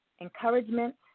encouragement